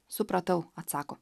supratau atsako